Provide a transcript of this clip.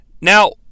Now